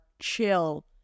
chill